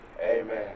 amen